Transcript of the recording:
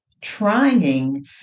trying